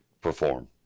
perform